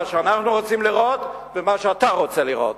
שאנחנו רוצים לראות ומה שאתה רוצה לראות.